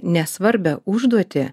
nesvarbią užduotį